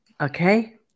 Okay